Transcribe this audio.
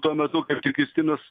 tuo metu kaip tik justinas